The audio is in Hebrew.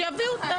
שיביאו אותה.